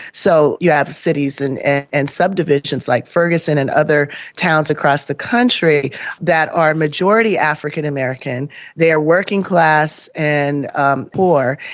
so you have cities and and subdivisions like ferguson and other towns across the country that are majority african-american, they are working class and um poor,